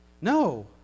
No